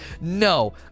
No